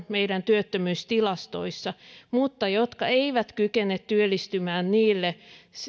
meidän työttömyystilastoissamme mutta jotka eivät kykene työllistymään niille